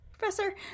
Professor